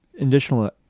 additional